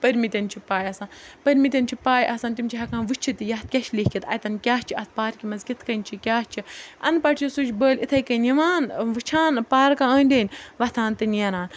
پٔرۍمٕتٮ۪ن چھِ پَے آسان پٔرۍمٕتٮ۪ن چھِ پَے آسان تِم چھِ ہٮ۪کان وٕچھِتھ یَتھ کیٛاہ چھِ لیکھِتھ اَتٮ۪ن کیٛاہ چھِ اَتھ پارکہِ منٛز کِتھ کٔنۍ چھِ کیٛاہ چھِ اَن پَڑھ چھِ سُہ چھِ بٔلۍ اِتھَے کٔنۍ یِوان وٕچھان پارکن أنٛدۍ أنٛدۍ وۄتھان تہٕ نیران